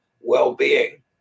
well-being